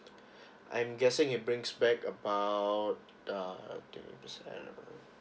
I'm guessing he brings back about uh twenty percent allowance